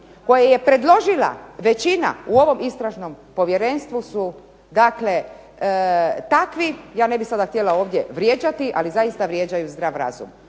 koje je predložila većina u ovom Istražnom povjerenstvu su dakle takvi, ja ne bih htjela sada vrijeđati, ali zaista vrijeđaju zdrav razum.